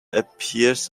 appears